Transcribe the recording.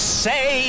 say